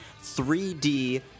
3D